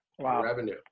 revenue